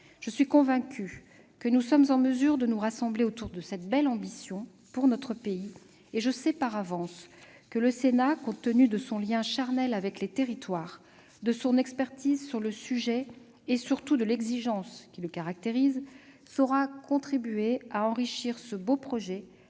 Je suis convaincue que nous sommes en mesure de nous rassembler autour de cette belle ambition pour notre pays. Et je sais par avance que le Sénat, compte tenu de son lien charnel avec les territoires, de son expertise sur le sujet et surtout de l'exigence qui le caractérise, saura contribuer à enrichir ce beau projet